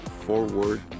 forward